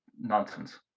nonsense